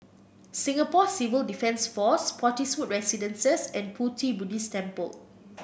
Singapore Civil Defence Force Spottiswoode Residences and Pu Ti Buddhist Temple